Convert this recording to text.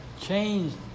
changed